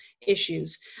issues